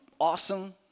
awesome